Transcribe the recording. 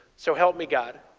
so help me god.